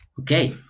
Okay